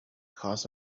caused